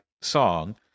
song